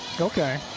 Okay